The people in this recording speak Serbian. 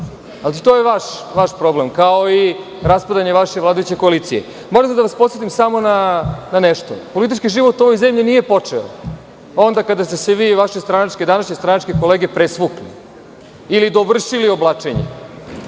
to je vaš problem kao i raspravljanje vaše vladajuće koalicije. Moram da vas podsetim samo na nešto. Politički život u ovoj zemlji nije počeo onda kada ste se vi i vaše današnje stranačke kolege presvukli ili dovršili oblačenje.